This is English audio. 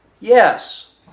Yes